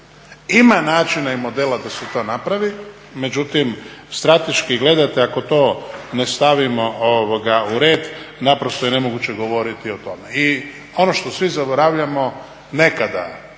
Ima načina i modela da se to napravi, međutim strateški gledate ako to ne stavimo u red naprosto je nemoguće govoriti o tome. I ono što svi zaboravljamo nekada